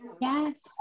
yes